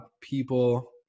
people